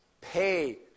pay